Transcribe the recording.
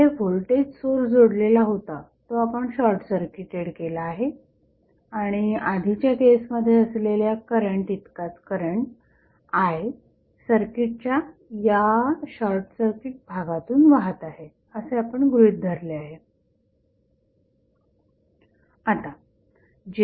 जेथे voltage source जोडलेला होता तो आपण शॉर्टसर्किटेड केला आहे आणि आधीच्या केसमध्ये असलेल्या करंट इतकाच करंट I सर्किटच्या या शॉर्टसर्किट भागातून वाहत आहे असे आपण गृहीत धरले आहे